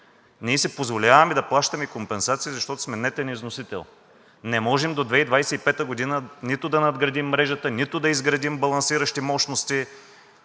Ние си позволяваме да плащаме компенсации, защото сме нетен износител. Не можем до 2025 г. нито да надградим мрежата, нито да изградим балансиращи мощности.